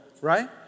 right